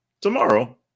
Tomorrow